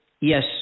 yes